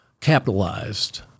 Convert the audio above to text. capitalized